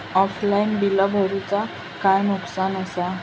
Offline बिला भरूचा काय नुकसान आसा?